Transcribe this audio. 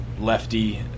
lefty